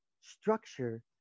structure